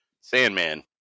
Sandman